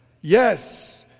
yes